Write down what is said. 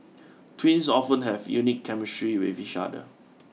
twins often have a unique chemistry with each other